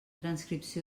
transcripció